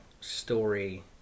story